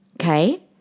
Okay